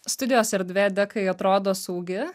studijos erdvė dekai atrodo saugi